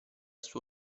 suo